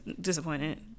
disappointed